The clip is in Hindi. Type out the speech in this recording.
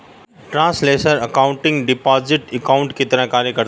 ट्रांसलेशनल एकाउंटिंग डिपॉजिट अकाउंट की तरह कार्य करता है